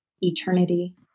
eternity